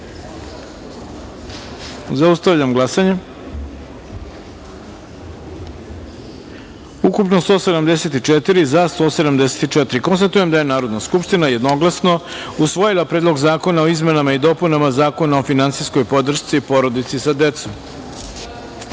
taster. Zaustavljam glasanje: ukupno – 174, za – 174. Konstatujem da je Narodna skupština jednoglasno usvojila Predlog zakona o izmenama i dopunama Zakona o finansijskoj podršci porodici sa decom. Deseta